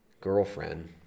girlfriend